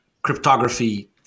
cryptography